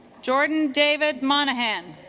jordan david monahan